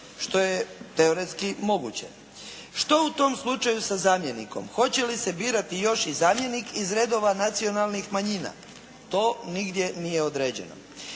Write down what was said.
što je teoretski moguće. Što u tom slučaju sa zamjenikom? Hoće li se birati još i zamjenik iz redova nacionalnih manjina, to nigdje nije određeno.